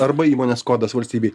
arba įmonės kodas valstybėj